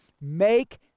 make